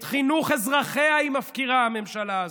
את חינוך אזרחיה היא מפקירה, הממשלה הזאת.